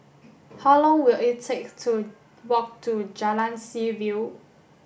how long will it take to walk to Jalan Seaview